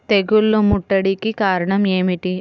తెగుళ్ల ముట్టడికి కారణం ఏమిటి?